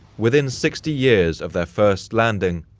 within sixty years of their first landing,